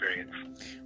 experience